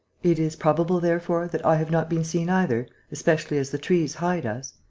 it is probable, therefore, that i have not been seen either, especially as the trees hide us?